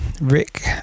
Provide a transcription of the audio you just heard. Rick